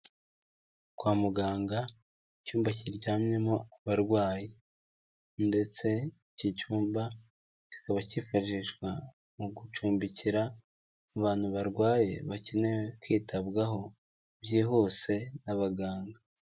Kwa muganga, icyumba kiryamyemo abarwayi, ndetse iki cyumba kikaba cyifashishwa mu gucumbikira, abantu barwaye bakeneye kwitabwaho byihuse n'abaganga.